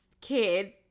kid